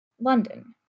London